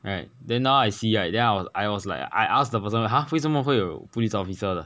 right then now I see right then I was I was like I ask the person !huh! 为什么会有 police officer 的